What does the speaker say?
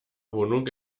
wohnung